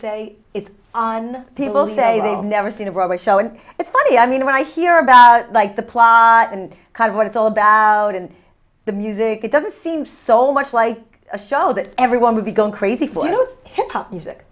say it's on people who say they've never seen a broadway show and it's funny i mean when i hear about like the plot and kind of what it's all about and the music it doesn't seem so much like a show that everyone would be going crazy for the hip hop music